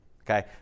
Okay